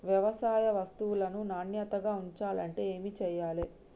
వ్యవసాయ వస్తువులను నాణ్యతగా ఉంచాలంటే ఏమి చెయ్యాలే?